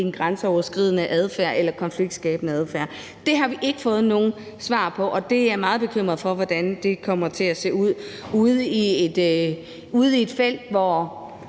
en grænseoverskridende adfærd eller konfliktskabende adfærd? Det har vi ikke fået nogen svar på, og jeg er meget bekymret for, hvordan det kommer til at se ud på et felt, hvor